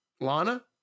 Lana